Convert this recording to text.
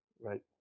Right